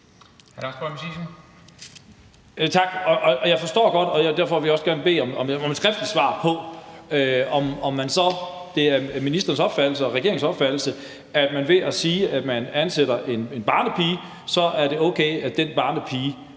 Tak. Jeg forstår det godt, og derfor vil jeg også gerne bede om et skriftligt svar på, om det er ministerens og regeringens opfattelse, at hvis man siger, at man ansætter en barnepige, så er det okay, at den barnepige